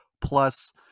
plus